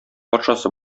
патшасы